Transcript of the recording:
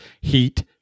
Heat